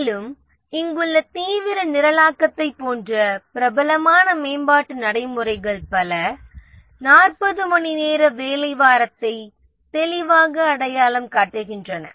மேலும் இங்குள்ள தீவிர நிரலாக்கத்தைப் போன்ற பிரபலமான மேம்பாட்டு நடைமுறைகள் பல 40 மணிநேர வேலை வாரத்தை தெளிவாக அடையாளம் காட்டுகின்றன